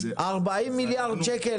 40 מיליארד שקל